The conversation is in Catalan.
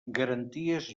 garanties